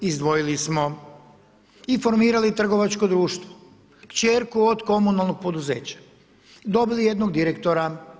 Izdojili smo, informirali trgovačko društvo, kćerku od komunalnog poduzeća, dobili jednog direktora.